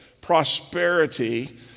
prosperity